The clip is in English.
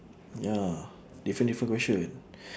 ya different different question